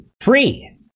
free